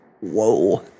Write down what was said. Whoa